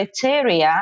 criteria